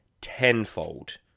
tenfold